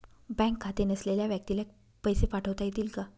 Bank खाते नसलेल्या व्यक्तीला पैसे पाठवता येतील का?